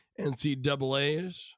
NCAAs